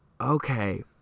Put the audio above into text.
Okay